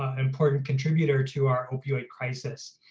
important contributor to our opioid crisis.